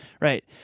right